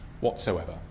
whatsoever